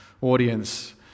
audience